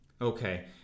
Okay